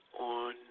on